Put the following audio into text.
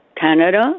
Canada